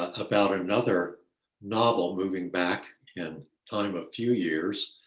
about another novel moving back in time, a few years,